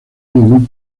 ningún